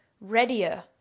readier